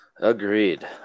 Agreed